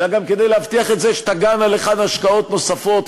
אלא גם כדי להבטיח את זה שתגענה לכאן השקעות נוספות.